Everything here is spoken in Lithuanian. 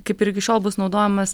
kaip ir iki šiol bus naudojamas